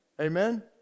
Amen